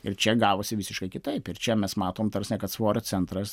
ir čia gavosi visiškai kitaip ir čia mes matom ta prasme kad svorio centras